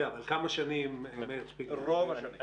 כן, אבל כמה שנים --- רוב השנים.